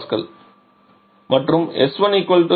14 MPa மற்றும் s1sg0